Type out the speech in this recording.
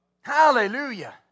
Hallelujah